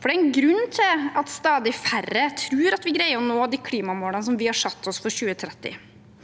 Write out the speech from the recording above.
for det er en grunn til at stadig færre tror at vi greier å nå de klimamålene som vi har satt oss for 2030.